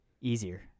easier